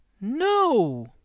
no